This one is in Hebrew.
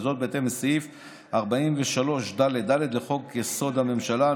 וזאת בהתאם לסעיף 43ד(ד) לחוק-יסוד: הממשלה,